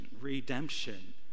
redemption